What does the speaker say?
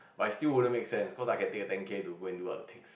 but it still wouldn't make sense because I can take the ten K and go and do other things